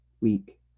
week